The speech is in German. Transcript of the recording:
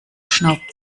schnaubt